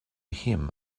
him